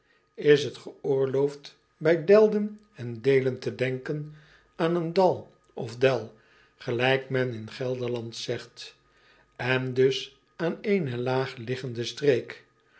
s het geoorloofd bij elden en eelen te denken aan een d a l of d e l gelijk men in elderland zegt en dus aan eene laag liggende streek